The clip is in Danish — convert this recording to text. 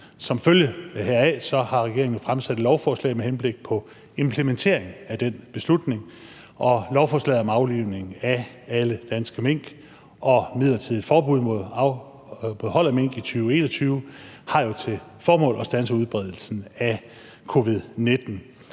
Som følge heraf har regeringen jo fremsat et lovforslag med henblik på implementering af den beslutning, og lovforslaget om aflivningen af alle danske mink og midlertidigt forbud mod at holde mink i 2021 har jo til formål at standse udbredelsen af covid-19.